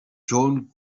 schon